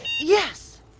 Yes